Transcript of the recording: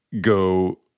go